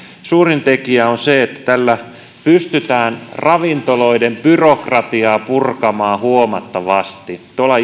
suurin tekijä on se että tällä pystytään ravintoloiden byrokratiaa purkamaan huomattavasti tuolla